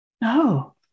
No